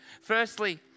Firstly